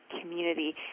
community